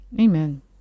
Amen